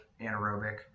anaerobic